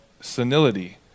senility